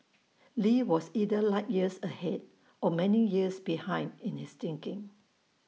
lee was either light years ahead or many years behind in his thinking